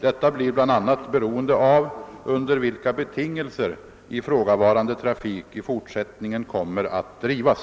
Detta blir bl.a. beroende av under vilka betingelser ifrågavarande trafik i fortsättningen kommer att drivas.